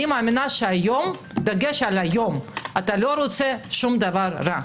אני מאמינה שהיום דגש על היום - אתה לא רוצה שום דבר רע.